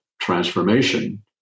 transformation